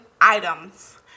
items